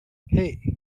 hey